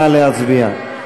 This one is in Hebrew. נא להצביע.